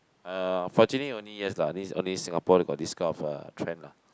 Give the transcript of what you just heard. uh fortunately only yes lah this only Singapore got this kind of uh trend lah